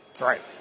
Right